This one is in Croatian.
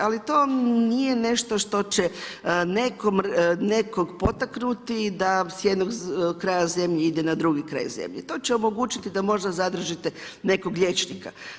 Ali, to nije nešto što će nekog potaknuti da s jednog kraja zemlje ide na drugi kraj zemlje, to že omogućiti da možda zadržite nekog liječnika.